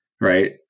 right